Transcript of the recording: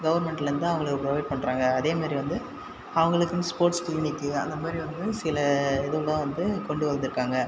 கவர்ன்மெண்ட்லேயிருந்து தான் அவர்களுக்கு ப்ரொவைட் பண்ணுறாங்க அதே மாதிரி வந்து அவர்களுக்குன்னு ஸ்போர்ட்ஸ் க்ளினிக் அந்த மாதிரி வந்து சில இதெல்லாம் வந்து கொண்டு வந்திருக்காங்க